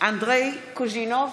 אנדרי קוז'ינוב,